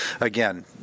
again